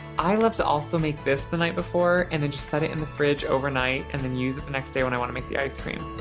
i love to also make this the night before and then just set it in the fridge overnight and then use it the next day when i want to make the ice cream.